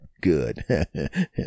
good